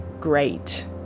great